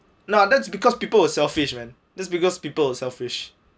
now that's because people were selfish man that's because people were selfish